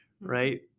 Right